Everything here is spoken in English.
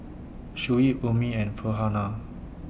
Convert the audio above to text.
Shuib Ummi and Farhanah